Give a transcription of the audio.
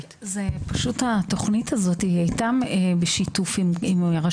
אני פותחת את הדיון השני להיום,